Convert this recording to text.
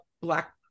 Black